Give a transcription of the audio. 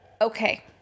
Okay